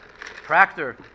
Tractor